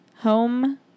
Home